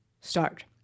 start